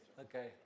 Okay